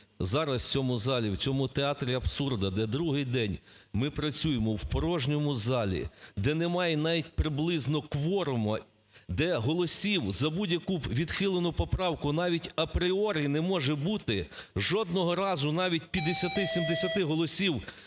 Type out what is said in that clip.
зараз в цьому залі, в цьому "театрі абсурду", де другий день ми працюємо в порожньому залі, де немає навіть приблизно кворуму, де голосів за будь-яку відхилену поправку навіть апріорі не може бути, жодного разу навіть 50-70 голосів